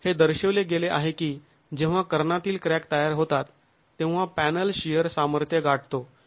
हे दर्शविले गेले आहे की जेव्हा कर्णातील क्रॅक तयार होतात तेव्हा पॅनल शिअर सामर्थ्य गाठतो